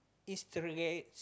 is the